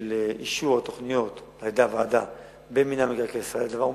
של אישור התוכניות על-ידי הוועדה במינהל מקרקעי ישראל: הדבר מתבקש.